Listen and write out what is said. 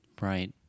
right